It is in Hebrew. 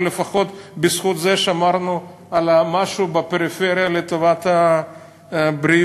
ולפחות בזכות זה שמרנו על משהו בפריפריה לטובת הבריאות.